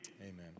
Amen